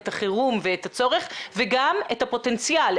את החירום ואת הצורך וגם את הפוטנציאל,